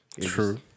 True